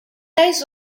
dez